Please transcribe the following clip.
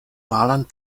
malan